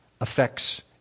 affects